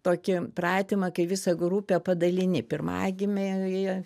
tokį pratimą kai visa grupė padalini pirmagimiai